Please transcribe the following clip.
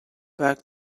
back